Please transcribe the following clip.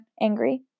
angry